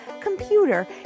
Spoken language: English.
computer